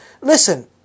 Listen